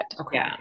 Okay